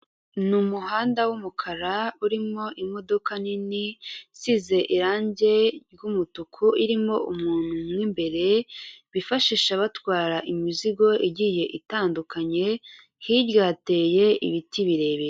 Ni umuhanda w'umukara, urimo imodoka nini isize irangi ry'umutuku, irimo umuntu mo imbere bifashisha batwara imizigo igiye itandukanye, hirya hateye ibiti birebire.